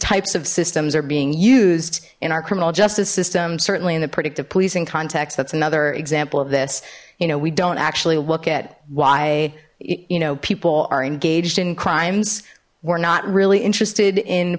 types of systems are being used in our criminal justice system certainly in the predictive policing context that's another example of this you know we don't actually look at why you know people are engaged in crimes were not really interested in